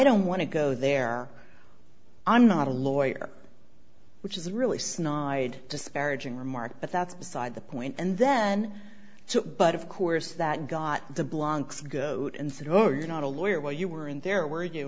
don't want to go there i'm not a lawyer which is really snide disparaging remark but that's beside the point and then so but of course that got the blanks goat and said oh you're not a lawyer well you weren't there were you